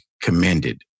commended